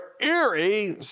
eerie